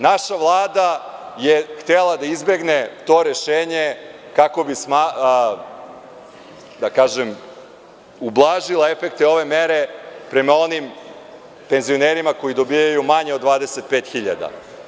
Naša vlada je htela da izbegne to rešenje kako bi ublažila efekte ove mere prema onim penzionerima koji dobijaju manje od 25.000.